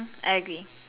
I agree